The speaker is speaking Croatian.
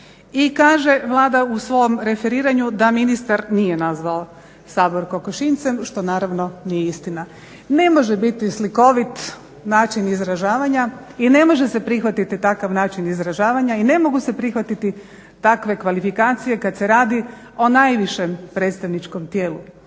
i kaže Vlada u svom referiranju da ministar nije nazvao Sabor kokošinjcem, što naravno nije istina. Ne može biti slikovit način izražavanja i ne može se prihvatiti takav način izražavanja i ne mogu se prihvatiti takve kvalifikacije kada se radi o najvišem predstavničkom tijelu,